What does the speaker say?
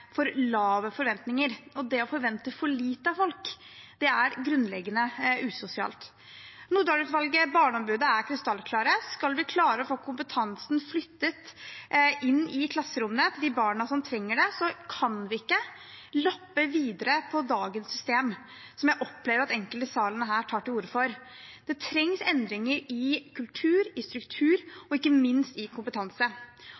for lave forventninger. Det å forvente for lite av folk er grunnleggende usosialt. Nordahl-utvalget og barneombudet er krystallklare: Skal vi klare å få kompetansen flyttet inn i klasserommene til de barna som trenger det, kan vi ikke lappe videre på dagens system, som jeg opplever at enkelte i denne salen tar til orde for. Det trengs endringer i kultur, i